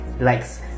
likes